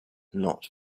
not